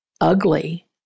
ugly